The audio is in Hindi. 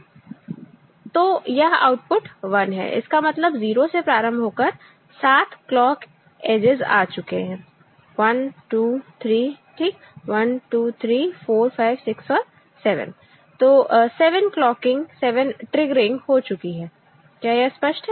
ठीक तो यह आउटपुट 1 है इसका मतलब 0 से प्रारंभ होकर 7 क्लॉक एज आ चुके हैं 123 ठीक 12 3456 और 7 7 क्लॉकिंग 7 ट्रिगरिंग हो चुकी है क्या यह स्पष्ट है